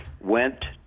went